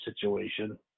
situation